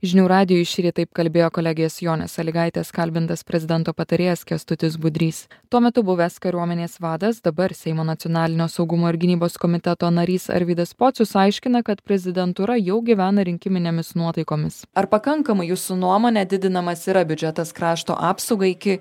žinių radijui šįryt taip kalbėjo kolegės jonės sąlygaitės kalbintas prezidento patarėjas kęstutis budrys tuo metu buvęs kariuomenės vadas dabar seimo nacionalinio saugumo ir gynybos komiteto narys arvydas pocius aiškina kad prezidentūra jau gyvena rinkiminėmis nuotaikomis pakankamai jūsų nuomone didinamas yra biudžetas krašto apsaugai iki